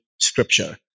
scripture